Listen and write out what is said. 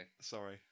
Sorry